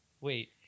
wait